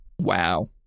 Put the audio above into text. Wow